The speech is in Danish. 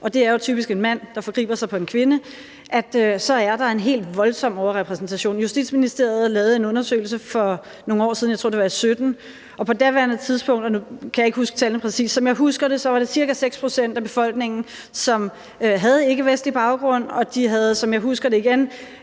og det er jo typisk en mand, der forgriber sig på en kvinde – så er der en voldsom overrepræsentation. Justitsministeriet lavede en undersøgelse for nogle år siden – jeg tror, det var i 2017 – og på daværende tidspunkt, og nu kan jeg ikke tallene præcist, men som jeg husker det, var det ca. 6 pct. af befolkningen, som havde ikkevestlig baggrund, og de stod for, igen som jeg husker det,